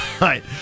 Right